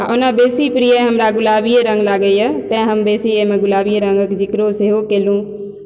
आओर ओना बेसी प्रिय हमरा गुलाबिये रङ्ग लागइए तेँ हम बेसी अइमे गुलाबिये रङ्गक जिक्रो सेहो कयलहुँ